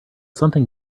something